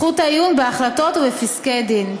זכות העיון בהחלטות ובפסקי דין.